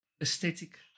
aesthetic